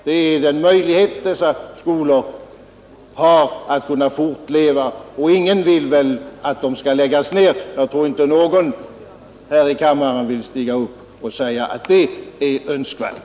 Det är den möjlighet dessa skolor har att fortleva. Och ingen vill väl att de skall läggas ned — jag tror inte någon här i kammaren vill stiga upp och säga att det är önskvärt.